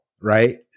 right